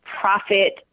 profit